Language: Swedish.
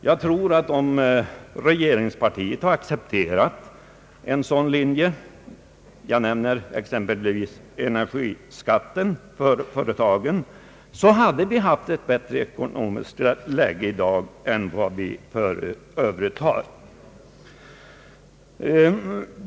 Jag tror att om regeringspartiet hade accepterat den linjen — jag nämner t.ex. energiskatten för företagen -— hade vi haft ett bättre ekonomiskt läge i dag än vad vi har.